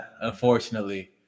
unfortunately